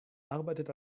arbeitet